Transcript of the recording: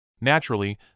Naturally